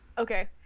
Okay